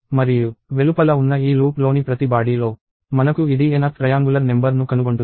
మరియు వెలుపల ఉన్న ఈ లూప్లోని ప్రతి బాడీలో మనకు ఇది nth ట్రయాంగులర్ నెంబర్ ను కనుగొంటుంది